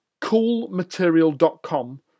coolmaterial.com